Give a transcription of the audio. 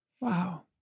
Wow